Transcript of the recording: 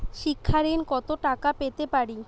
শিক্ষা ঋণ কত টাকা পেতে পারি?